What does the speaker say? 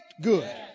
good